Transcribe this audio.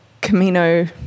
Camino